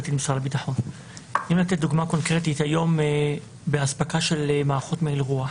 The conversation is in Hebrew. היום באספקה של מערכות מעיל רוח,